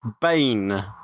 Bane